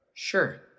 Sure